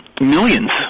millions